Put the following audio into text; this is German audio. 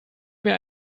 mir